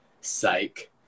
psych